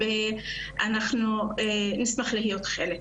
ואנחנו נשמח להיות חלק.